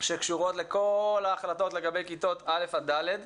שקשורות לכל ההחלטות לגבי כיתות א' עד ד'.